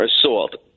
assault